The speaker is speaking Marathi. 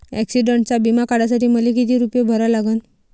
ॲक्सिडंटचा बिमा काढा साठी मले किती रूपे भरा लागन?